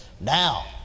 Now